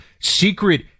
secret